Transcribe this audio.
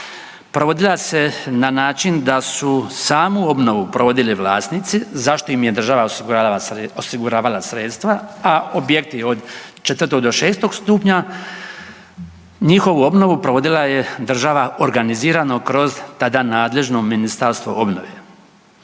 provodila se na način da su samu obnovu provodili vlasnici za što im je država osiguravala sredstva, a objekti od 4. do 6. stupnja njihovu obnovu provodila je država organizirana kroz tada nadležno Ministarstvo obnove.